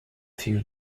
few